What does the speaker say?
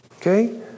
Okay